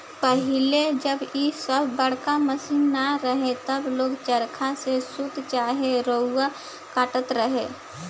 पहिले जब इ सब बड़का मशीन ना रहे तब लोग चरखा से सूत चाहे रुआ काटत रहे